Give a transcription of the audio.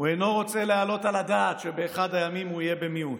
הוא אינו רוצה להעלות על הדעת שבאחד הימים הוא יהיה במיעוט,